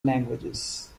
languages